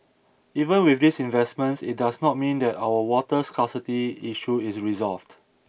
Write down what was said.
even with these investments it does not mean that our water scarcity issue is resolved